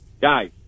guys